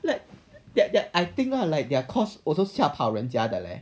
like that that I think lah like their course also 吓跑人家的 leh